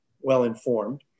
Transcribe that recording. well-informed